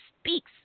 speaks